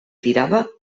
tirava